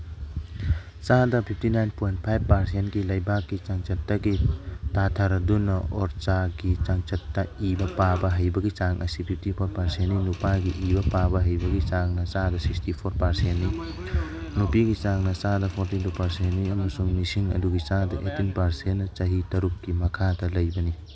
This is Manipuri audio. ꯆꯥꯗ ꯐꯤꯞꯇꯤ ꯅꯥꯏꯟ ꯄꯣꯏꯟ ꯐꯥꯏꯚ ꯄꯥꯔꯁꯦꯟꯒꯤ ꯂꯩꯕꯥꯛꯀꯤ ꯆꯥꯡꯆꯠꯇꯒꯤ ꯇꯥꯊꯔꯗꯨꯅ ꯑꯣꯔꯆꯥꯒꯤ ꯆꯥꯡꯆꯠꯇ ꯏꯕ ꯄꯥꯕ ꯍꯩꯕꯒꯤ ꯆꯥꯡ ꯑꯁꯤ ꯐꯤꯞꯇꯤ ꯐꯣꯔ ꯄꯥꯔꯁꯦꯟꯅꯤ ꯅꯨꯄꯥꯒꯤ ꯏꯕ ꯄꯥꯕ ꯍꯩꯕꯒꯤ ꯆꯥꯡꯅ ꯆꯥꯡꯗ ꯁꯤꯛꯁꯇꯤ ꯐꯣꯔ ꯄꯔꯁꯦꯟꯅꯤ ꯅꯨꯄꯤꯒꯤ ꯆꯥꯡꯅ ꯆꯥꯗ ꯐꯣꯔꯇꯤ ꯇꯨ ꯄꯥꯔꯁꯦꯟꯅꯤ ꯑꯃꯁꯨꯡ ꯃꯤꯁꯤꯡ ꯑꯗꯨꯒꯤ ꯆꯥꯗ ꯑꯩꯠꯇꯤꯟ ꯄꯥꯔꯁꯦꯟꯅ ꯆꯍꯤ ꯇꯔꯨꯛꯀꯤ ꯃꯈꯥꯗ ꯂꯩꯕꯅꯤ